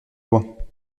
lois